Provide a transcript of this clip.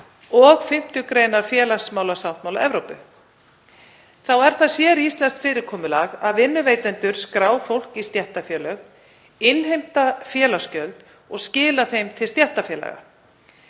og 5. gr. félagsmálasáttmála Evrópu. Þá er það séríslenskt fyrirkomulag að vinnuveitendur skrá fólk í stéttarfélög, innheimta félagsgjöld og skila þeim til stéttarfélaga.